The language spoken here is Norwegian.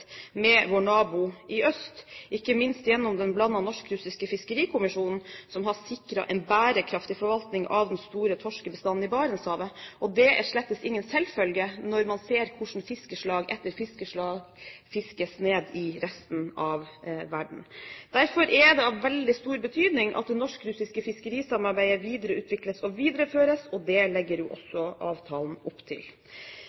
med vår nabo i øst, ikke minst gjennom Den blandete norsk-russiske fiskerikommisjon, som har sikret en bærekraftig forvaltning av den store torskebestanden i Barentshavet. Det er slett ingen selvfølge når man ser hvordan fiskeslag etter fiskeslag fiskes ned i resten av verden. Derfor er det av veldig stor betydning at det norsk-russiske fiskerisamarbeidet videreutvikles og videreføres, og det legger jo